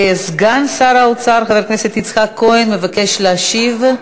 סגן שר האוצר חבר הכנסת יצחק כהן מבקש להשיב.